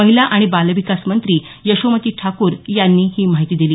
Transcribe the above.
महिला आणि बाल विकास मंत्री यशोमती ठाकूर यांनी ही माहिती दिली